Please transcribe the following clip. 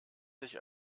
sich